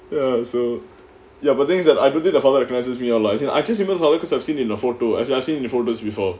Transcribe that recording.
ya so ya but thing is that I don't think the hall recoginises me out lah as in I just know her because I've seen in a photo as in I've seen in photos before